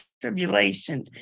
tribulation